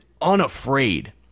unafraid